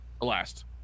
Last